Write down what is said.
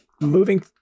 Moving